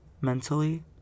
mentally